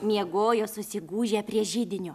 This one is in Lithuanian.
miegojo susigūžę prie židinio